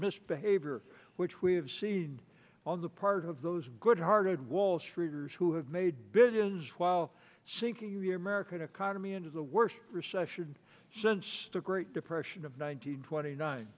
misbehavior which we have seen on the part of those good hearted wall streeters who have made billions while sinking the american economy into the worst recession since the great depression of one nine